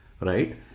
right